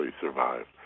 survived